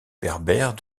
berbère